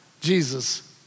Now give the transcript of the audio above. Jesus